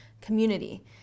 community